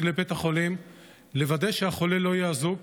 לבית החולים לוודא שהחולה לא יהיה אזוק